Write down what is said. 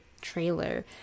trailer